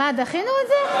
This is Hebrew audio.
מה, דחינו את זה?